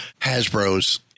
Hasbro's